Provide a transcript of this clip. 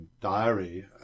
diary